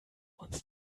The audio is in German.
uns